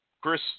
Chris